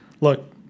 Look